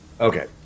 Okay